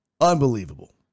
Unbelievable